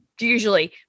usually